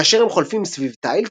כאשר הם חולפים סביב תיל,